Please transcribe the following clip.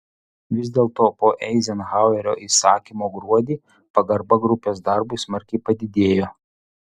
vis dėlto po eizenhauerio įsakymo gruodį pagarba grupės darbui smarkiai padidėjo